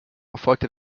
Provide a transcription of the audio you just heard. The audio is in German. erfolgte